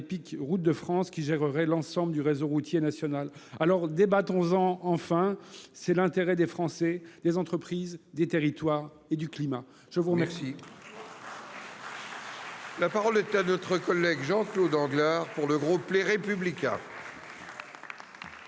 (Épic), Routes de France, qui gérerait l'ensemble du réseau routier national. Débattons-en enfin ! C'est dans l'intérêt des Français, des entreprises, des territoires et du climat. La parole